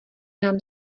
nám